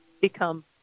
become